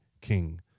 king